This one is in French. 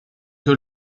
que